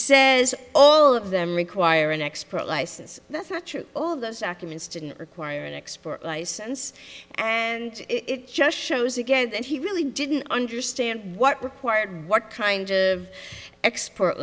says all of them require an expert license that's not true all of those documents didn't require an expert license and it just shows again that he really didn't understand what required what kind of expert